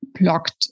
blocked